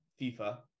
FIFA